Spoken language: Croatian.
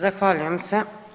Zahvaljujem se.